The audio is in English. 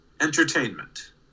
entertainment